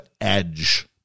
edge